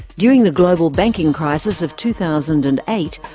during the global banking crisis of two thousand and eight,